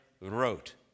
wrote